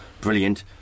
brilliant